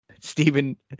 Stephen